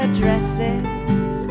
dresses